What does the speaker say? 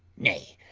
nay,